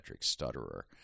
stutterer